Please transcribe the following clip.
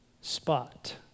spot